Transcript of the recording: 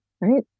right